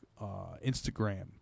Instagram